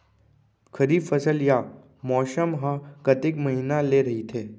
खरीफ फसल या मौसम हा कतेक महिना ले रहिथे?